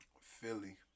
Philly